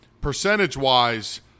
percentage-wise